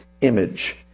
image